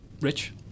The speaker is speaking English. Rich